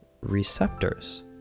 receptors